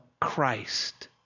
Christ